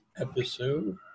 episode